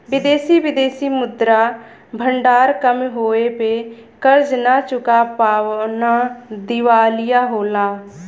विदेशी विदेशी मुद्रा भंडार कम होये पे कर्ज न चुका पाना दिवालिया होला